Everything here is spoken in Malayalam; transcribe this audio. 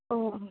ഓ